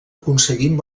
aconseguint